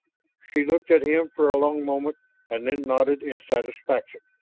she looked at him for a long moment and then nodded in satisfaction.